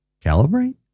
calibrate